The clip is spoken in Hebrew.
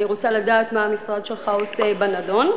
אני רוצה לדעת מה המשרד שלך עושה בנדון.